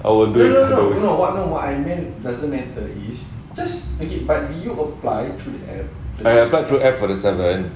I will do it I applied through the app for the seven